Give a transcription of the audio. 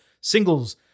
singles